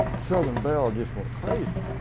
southern bell just went crazy.